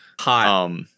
Hi